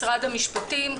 משרד המשפטים,